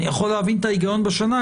אני יכול להבין את ההיגיון בשנה,